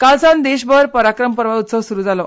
काल सावन देशभर पराक्रम पर्व उत्सव सुरू जालो